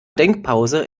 denkpause